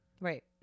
Right